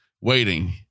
waiting